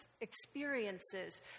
experiences